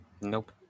Nope